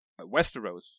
Westeros